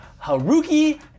Haruki